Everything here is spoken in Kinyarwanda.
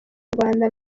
rwanda